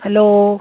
hello